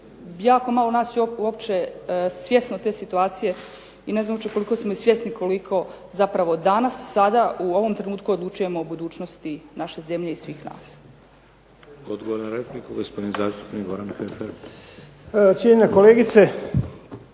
jako malo nas je uopće svjesno te situacije i ne znam uopće koliko smo mi svjesni koliko zapravo danas, sada u ovom trenutku odlučujemo o budućnosti naše zemlje i svih nas. **Šeks, Vladimir (HDZ)** Odgovor na repliku gospodin zastupnik Goran Heffer. **Heffer,